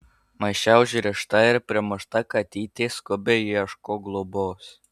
maiše užrišta ir primušta katytė skubiai ieško globos